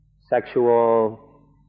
sexual